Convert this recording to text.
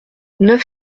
neuf